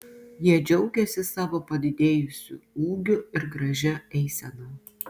jie džiaugėsi savo padidėjusiu ūgiu ir gražia eisena